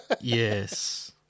Yes